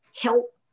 help